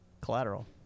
Collateral